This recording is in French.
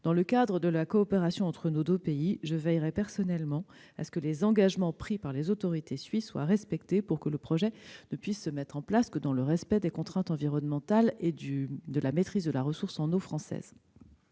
Dans le cadre de la coopération entre nos deux pays, je veillerai personnellement à ce que les engagements pris par les autorités suisses soient respectés, pour que le projet ne puisse être mis en oeuvre que dans le respect des contraintes environnementales et de la maîtrise de la ressource française